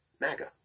MAGA